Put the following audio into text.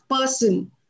person